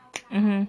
mmhmm